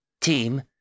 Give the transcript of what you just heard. Team